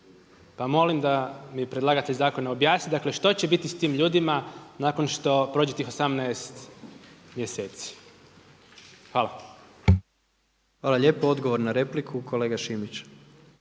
Pa molim da mi predlagatelj zakona objasni dakle što će biti s tim ljudima nakon što prođe tih 18 mjeseci. Hvala. **Jandroković, Gordan (HDZ)** Hvala lijepo. Odgovor na repliku kolega Šimić.